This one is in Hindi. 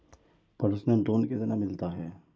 पर्सनल लोन कितना मिलता है?